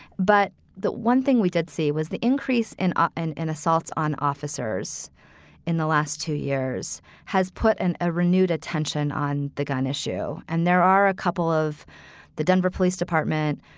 but the one thing we did see was the increase in and in assaults on officers in the last two years has put an a renewed attention on the gun issue. and there are a couple of the denver police department,